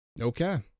Okay